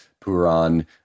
Puran